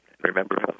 Remember